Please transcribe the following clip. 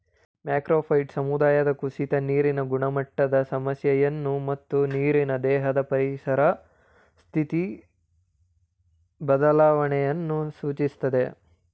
macrophyte ಸಮುದಾಯದ ಕುಸಿತ ನೀರಿನ ಗುಣಮಟ್ಟದ ಸಮಸ್ಯೆಯನ್ನು ಮತ್ತು ನೀರಿನ ದೇಹದ ಪರಿಸರ ಸ್ಥಿತಿ ಬದಲಾವಣೆಯನ್ನು ಸೂಚಿಸ್ತದೆ